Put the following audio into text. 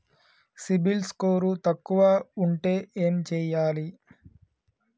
CIBIL score తక్కువ ఉంటే ఏం చేయాలి?